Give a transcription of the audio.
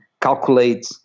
calculate